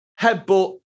headbutt